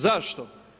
Zašto?